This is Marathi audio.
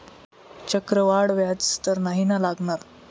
चक्रवाढ व्याज तर नाही ना लागणार?